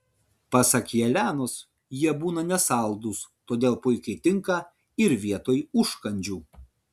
pasak jelenos jie būna nesaldūs todėl puikiai tinka ir vietoj užkandžių